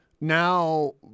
now